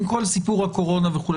עם כל סיפור הקורונה וכולי,